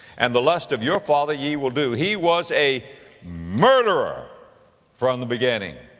and the lusts of your father ye will do, he was a murderer from the beginning.